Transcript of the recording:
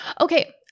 Okay